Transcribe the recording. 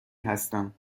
هستم